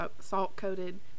salt-coated